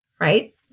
right